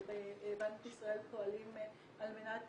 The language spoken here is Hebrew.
אבל בבנק ישראל פועלים על מנת